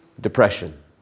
depression